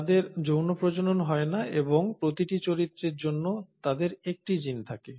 তাদের যৌন প্রজনন হয় না এবং প্রতিটি চরিত্রের জন্য তাদের একটি জিন থাকে